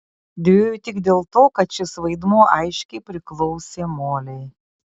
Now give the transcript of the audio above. dvejojau tik dėl to kad šis vaidmuo aiškiai priklausė molei